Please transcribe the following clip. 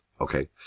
okay